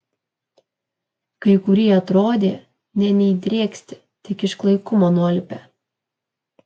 kai kurie atrodė nė neįdrėksti tik iš klaikumo nualpę